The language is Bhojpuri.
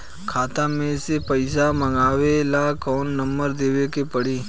खाता मे से पईसा मँगवावे ला कौन नंबर देवे के पड़ी?